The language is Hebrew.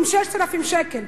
עם 6,000 שקל.